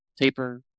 taper